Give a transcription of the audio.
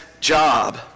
job